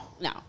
No